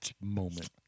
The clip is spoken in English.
moment